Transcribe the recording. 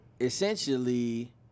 essentially